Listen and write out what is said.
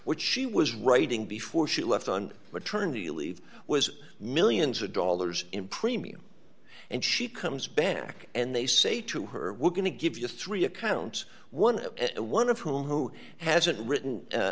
what she was writing before she left on maternity leave was millions of dollars in premium and she comes back and they say to her we're going to give you three accounts eleven of whom who hasn't written